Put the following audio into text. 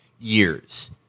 years